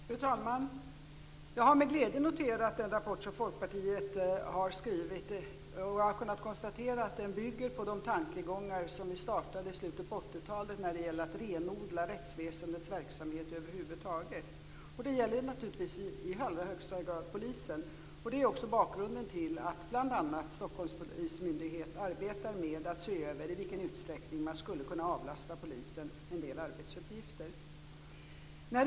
Fru talman! Jag har med glädje noterat den rapport som Folkpartiet har skrivit. Och jag har kunnat konstatera att den bygger på de tankegångar som vi hade redan i slutet av 1980-talet när det gäller att renodla rättsväsendets verksamhet över huvud taget. Det gäller naturligtvis i allra högsta grad polisen. Det är också bakgrunden till att bl.a. Stockholms polismyndighet arbetar med att se över i vilken utsträckning man skulle kunna avlasta polisen en del arbetsuppgifter.